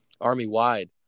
army-wide